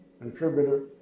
contributor